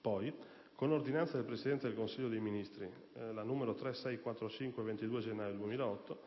poi, con ordinanza del Presidente del Consiglio dei ministri n. 3645 del 22 gennaio 2008,